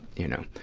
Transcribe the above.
you know.